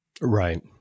Right